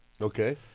Okay